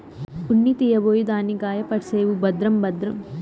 ఉన్ని తీయబోయి దాన్ని గాయపర్సేవు భద్రం భద్రం